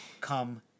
come